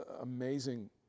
amazing